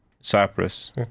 Cyprus